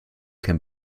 can